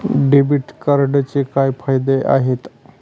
Debit कार्डचे काय फायदे आहेत?